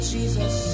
Jesus